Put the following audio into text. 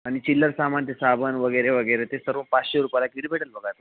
आणि चिल्लर सामान ते साबण वगैरे वगैरे ते सर्व पाचशे रुपयाला किट भेटेल बघा तुम्हाला